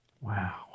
Wow